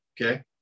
okay